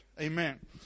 Amen